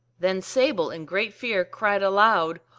then sable, in great fear, cried aloud,